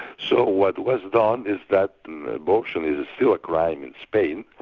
so what was done is that abortion is is still a crime in spain,